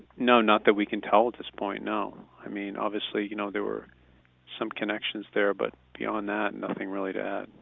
no, not that we can tell at this point, no. i mean obviously you know there were some connections there, but beyond that, nothing really to add.